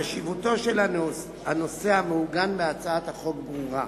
חשיבותו של הנושא המעוגן בהצעת החוק ברורה.